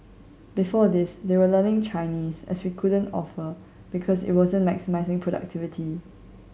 before this they were learning Chinese as we couldn't offer because it wasn't maximising productivity